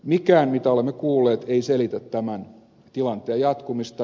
mikään mitä olemme kuulleet ei selitä tämän tilanteen jatkumista